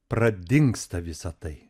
pradingsta visa tai